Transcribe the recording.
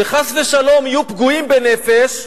שחס ושלום יהיו פגועים בנפש,